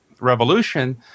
Revolution